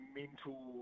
mental